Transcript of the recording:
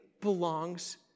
belongs